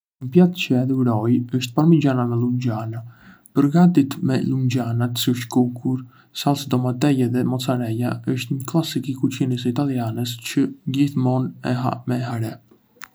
Një pjatë që e adhuroj është parmigiana me llunjana. Përgatitet me llunjana të skuqur, salcë domateje dhe mocarela, është një klasik i kuzhinës italiane që gjithmonë e ha me haré.